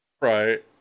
Right